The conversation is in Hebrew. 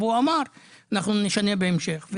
אמר נשנה בהמשך.